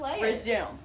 Resume